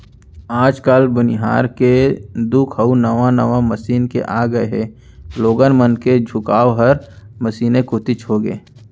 आज काल बनिहार के दुख अउ नावा नावा मसीन के आ जाए के लोगन मन के झुकाव हर मसीने कोइत होथे